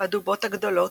"הדובות הגדולות"